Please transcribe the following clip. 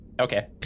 Okay